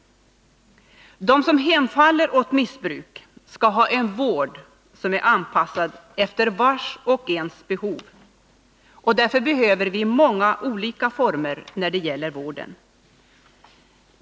De som hemfaller åt missbruk skall ha en vård som är anpassad efter vars och ens behov. Därför behöver vi många olika former av vård.